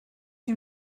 you